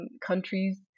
countries